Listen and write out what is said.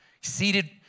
Seated